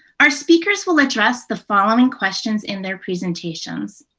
our speakers will address the following questions in their presentations.